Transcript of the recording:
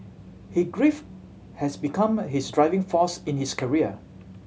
he grief has become his driving force in his career